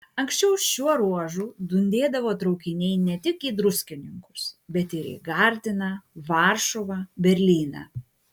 anksčiau šiuo ruožu dundėdavo traukiniai ne tik į druskininkus bet ir į gardiną varšuvą berlyną